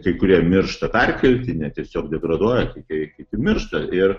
kai kurie miršta perkeltine tiesiog degraduoja tikrai kiti miršta ir